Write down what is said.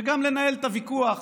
וגם לנהל את הוויכוח.